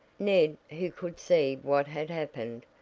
ned, who could see what had happened,